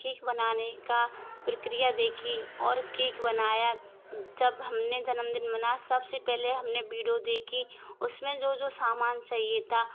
cake बनाने का प्रक्रिया देखी और केक बनाया जब हम ने जन्मदिन मनाया सब से पहले हम ने वीडियो देखी उस में जो जो सामान चाहिए था